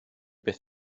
beth